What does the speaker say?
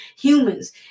humans